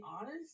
honest